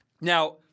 Now